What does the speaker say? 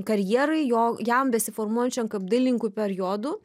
karjerai jo jam besiformuojančiam kaip dailininkui periodų